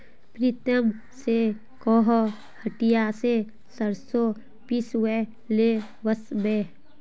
प्रीतम स कोहो हटिया स सरसों पिसवइ ले वस बो